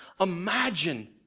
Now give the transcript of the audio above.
imagine